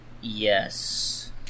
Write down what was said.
yes